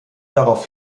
darauf